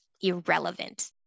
irrelevant